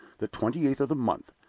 the twenty-eighth of the month.